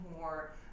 more